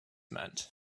meant